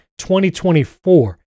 2024